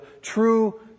true